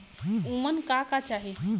उमन का का चाही?